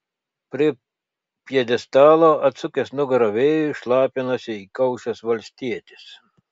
prie pjedestalo atsukęs nugarą vėjui šlapinosi įkaušęs valstietis